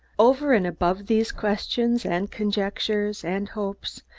over and above these questions and conjectures and hopes,